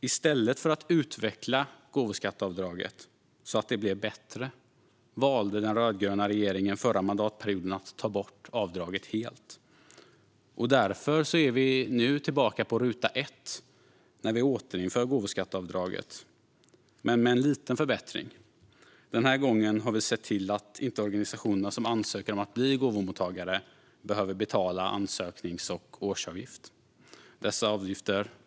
I stället för att utveckla gåvoskatteavdraget så att det blev bättre valde den rödgröna regeringen förra mandatperioden att ta bort avdraget helt. Därför är vi nu tillbaka på ruta ett när vi återinför gåvoskatteavdraget, men med en liten förbättring. Den här gången har vi sett till att organisationerna som ansöker om att bli gåvomottagare inte behöver betala ansöknings och årsavgift.